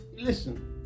listen